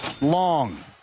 long